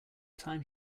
time